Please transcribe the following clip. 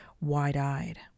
wide-eyed